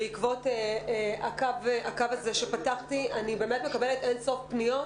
בעקבות הקו הזה שפתחתי אני באמת מקבלת אין-סוף פניות,